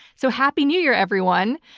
so happy new year everyone.